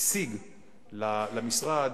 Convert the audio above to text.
השיג למשרד,